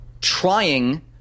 trying